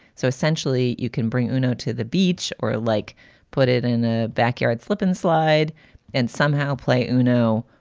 so essentially, you can bring, you know, to the beach or like put it in the ah backyard, slip and slide and somehow play, you know,